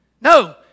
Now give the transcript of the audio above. No